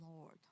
Lord